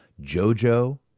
JoJo